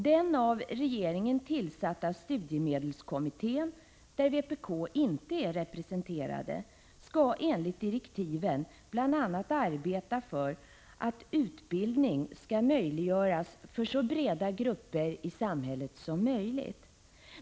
Den av regeringen tillsatta studiemedelskommittén, där vpk inte är representerat, skall enligt direktiven bl.a. arbeta för att utbildning skall möjliggöras för så breda grupper i samhället som möjligt.